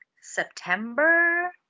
September